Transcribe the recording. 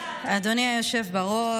אדוני היושב בראש,